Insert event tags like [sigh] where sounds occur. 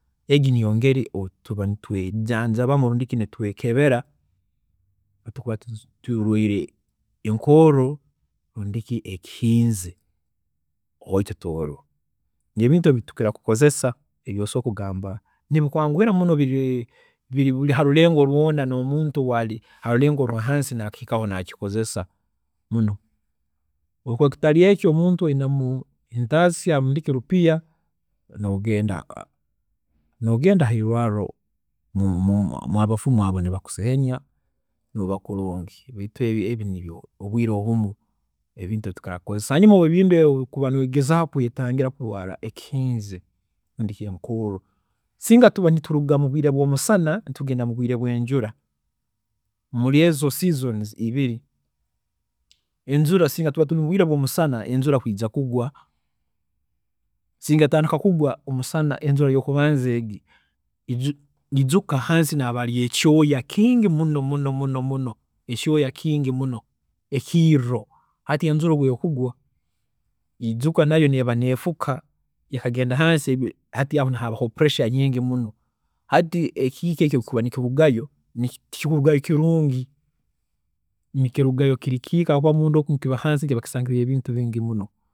﻿Egi niyo engeri twiine obu tuba nitwejaanjabamu rundi ki nitweekebera obu tuba tu- turwiire enkoorro rundi ki ekihiinzi owaitu Tooro. Ebintu tukukira kukozesa ebi osobola kugamba nibikwanguhira muno biri haburi rurengo rwoona, n'omuntu owaari harurengo orwahaansi nakihikaho naakikozesa muno, obu kikuba kitari ekyo, omuntu owainemu entashya rundi ki rupiiha nogenda, nogenda heirwaarro [hesitation] mwabafumu abo nibakuseenya noba kulungi baitu ebi nibyo obwiire obumu ebi tukaba nitukozesa. Hanyuma obwiire obumu obu okuba nogezaho kwetangira kurwara ekihiinzi rundi ki enkoorro, singa tuba nituruga mubwiire bwomusana nitugenda mubwiire bwenjura, muri ezo seasons ibiri, enjura singa tuba turi mubwiire bwomusana enjura kwiija kugwa, singa etandika kugwa omusana enjura yokubanza egi, iju- ijuka hansi nihaba hariyo ekyooya kingi muno muno muno, ekyooya kingi muno ekiirro, hati enjura obu ekugwa ijuka nayo neeba neefuka, ekagenda hansi, hati aho nihabaho pressure nyingi muno, hati ekiika ekikuba nikirugayo, tikikurugayo kilungu, nikirugayo kiri kiika habwokuba munda oku nikiba hansi kisangireyo ebintu bingi muno